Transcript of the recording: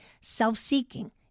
Self-seeking